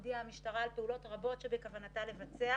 הודיעה המשטרה על פעולות רבות שבכוונתה לבצע